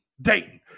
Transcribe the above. Dayton